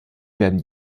werden